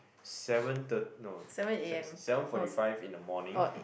seven thir~ no s~ seven forty five in the morning